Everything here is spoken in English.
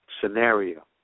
scenario